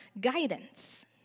guidance